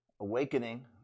Awakening